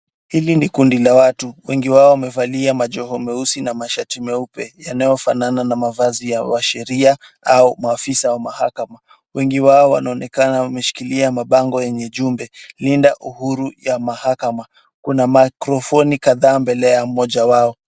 Hili ni kundi la watu wengi wao amefalia majoho meusi na mashati meupe yanayofanana na mavazi ya washiria au maafisa wa mahakama. Wengi wao wanaonekana wameshikilia mabango yenye jumbe, linda uhuru ya mahakama. Kuna mikrofoni kadhaa mbele ya moja wao.